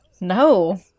No